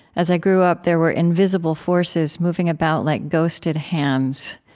as i grew up, there were invisible forces moving about like ghosted hands.